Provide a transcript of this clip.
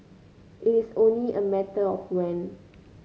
it is only a matter of when